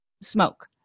smoke